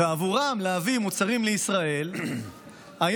עבורם זה סיוט להביא מוצרים לישראל היום.